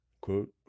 quote